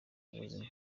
ubuzima